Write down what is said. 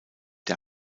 der